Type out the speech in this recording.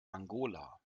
angola